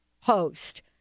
host